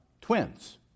twins